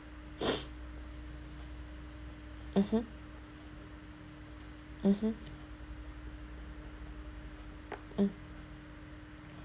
mmhmm mmhmm mm